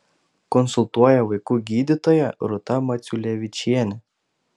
konsultuoja vaikų gydytoja rūta maciulevičienė